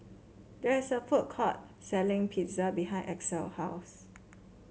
there is a food court selling Pizza behind Axel house